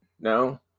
no